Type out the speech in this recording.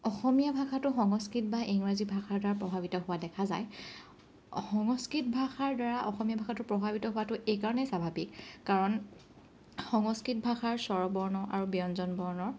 অসমীয়া ভাষাটোসংস্কৃত বা ইংৰাজী ভাষাৰ পৰা প্ৰভাৱিত হোৱা দেখা যায় সংস্কৃত ভাষাৰ দ্বাৰা অসমীয়া ভাষাটো প্ৰভাৱিত হোৱাতো এই কাৰণেই স্বাভাৱিক কাৰণ সংস্কৃত ভাষাৰ স্বৰবৰ্ণ আৰু ব্যঞ্জন বৰ্ণ